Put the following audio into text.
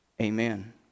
Amen